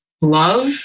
love